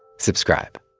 subscribe